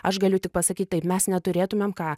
aš galiu tik pasakyti taip mes neturėtumėm ką